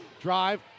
Drive